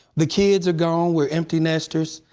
the kids are gone, we're empty-nestors,